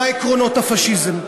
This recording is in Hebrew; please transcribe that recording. מה עקרונות הפאשיזם?